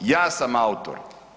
Ja sam autor.